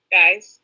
guys